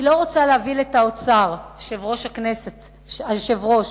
אני לא רוצה להבהיל את האוצר, אדוני היושב-ראש.